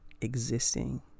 existing